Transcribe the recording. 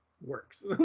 works